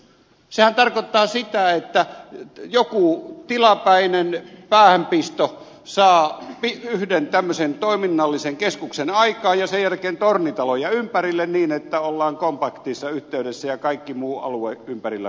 sehän tarkoittaa sitä että joku tilapäinen päähänpisto saa yhden tämmöisen toiminnallisen keskuksen aikaan ja sen jälkeen tornitaloja ympärille niin että ollaan kompaktissa yhteydessä ja kaikki muu alue ympärillä kuolee